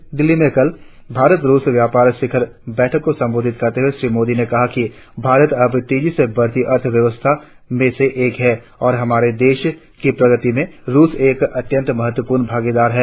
नई दिल्ली में कल भारत रुस व्यापार शिखर बैठक को संबोधित करते हुए श्री मोदी ने कहा कि भारत अब तेजी से बढ़ती अर्थव्यवस्था में से एक है और हमारे देश की प्रगति में रुस एक अत्यन्त महत्वपूर्ण भागीदार है